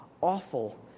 awful